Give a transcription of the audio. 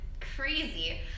crazy